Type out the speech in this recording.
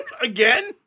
Again